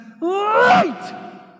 light